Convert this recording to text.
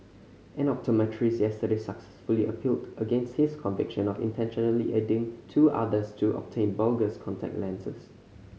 an optometrist yesterday successfully appealed against his conviction of intentionally aiding two others to obtain bogus contact lenses